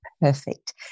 Perfect